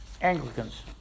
Anglicans